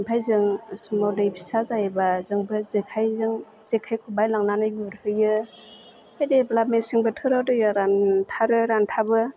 ओमफ्राय जों समाव दै फिसा जायोब्ला जोंबो जेखाइजों जेखाय खबाय लांनानै गुरहैयो बे जेब्ला मेसें बोथोराव दैया रानथारो रानथाबो